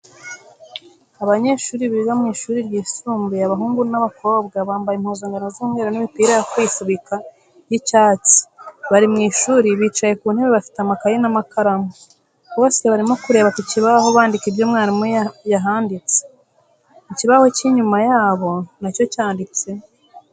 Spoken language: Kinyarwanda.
Abanyeshuri biga w'ishuri ryisumbuye abahungu n'abakobwa bambaye impuzankano z'umweru n'imipira yo kwifubika y'icyatsi bari mw'ishuri bicaye ku ntebe bafite amakaye n'amakaramu bose barimo kureba ku kibaho bandika ibyo mwarimu yahanditse, ikibaho cy'inyuma yabo nacyo cyanditseho.